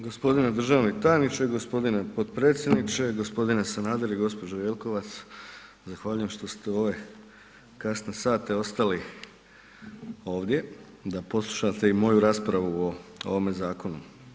Gospodine državni tajniče, gospodine potpredsjedniče, gospodine Sanader i gospođo Jelkovac, zahvaljujem što ste u ove kasne sate ostali ovdje da poslušate i moju raspravu o ovome zakonu.